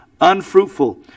unfruitful